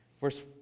Verse